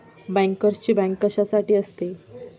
बँकर्सची बँक कशासाठी असते?